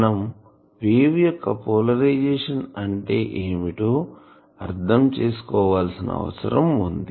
మనం వేవ్ యొక్క పోలరైజేషన్ అంటే ఏమిటో అర్ధం చేసుకోవాల్సిన అవసరం వుంది